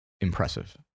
impressive